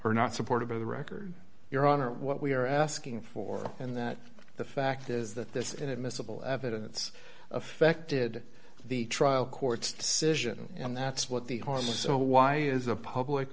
or not supportive of the record your honor what we are asking for and that the fact is that this inadmissible evidence affected the trial court's decision and that's what the harm so why is a public